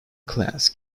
class